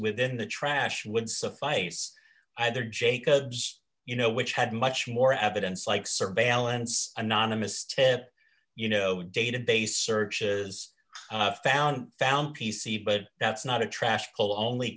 within the trash would suffice either jacobs you know which had much more evidence like surveillance anonymous tips you know database searches found found p c but that's not a trash hole only